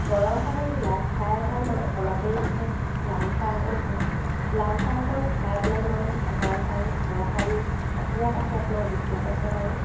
গৰম পানী গিলাচ খাই অতাই মই অলপ দেৰি পিছত লালচাহ অকণ খাওঁ লাল চাহকণ খাই পেলাই মই ঘৰ সাৰু ঘৰ সাৰি অতোৱা পাছত মই বিচনা পত্ৰ পাৰো